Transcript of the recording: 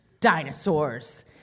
dinosaurs